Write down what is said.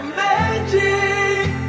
magic